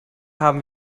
haben